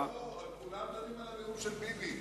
כולם מחכים לנאום של ביבי.